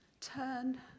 Turn